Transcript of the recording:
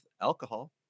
alcohol